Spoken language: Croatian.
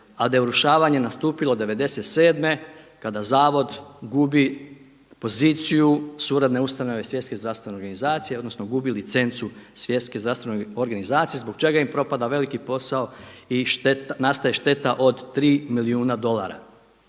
da je urušavanje nastupilo '97. kada zavod gubi poziciju suvremene ustanove Svjetske zdravstvene organizacije, odnosno gubi licencu Svjetske zdravstvene organizacije zbog čega im propada veliki posao i nastaje šteta od tri milijuna dolara.